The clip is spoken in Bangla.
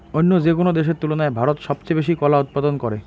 অইন্য যেকোনো দেশের তুলনায় ভারত সবচেয়ে বেশি কলা উৎপাদন করে